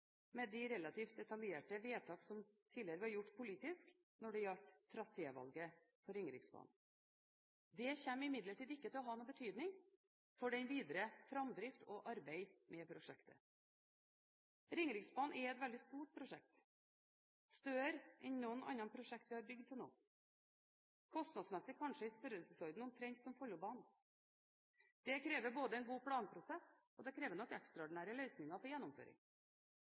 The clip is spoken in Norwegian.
med de relativt detaljerte vedtakene som tidligere var gjort politisk når det gjaldt trasévalget på Ringeriksbanen. Det kommer imidlertid ikke til å ha noen betydning for den videre framdrift og arbeid med prosjektet. Ringeriksbanen er et veldig stort prosjekt, større enn noen andre prosjekter vi har bygget til nå og kostnadsmessig kanskje i størrelsesorden omtrent som Follobanen. Det krever både en god planprosess, og det krever nok ekstraordinære løsninger for gjennomføring.